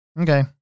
Okay